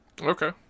Okay